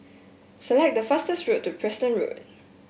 select the fastest way to Preston Road